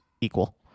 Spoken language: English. equal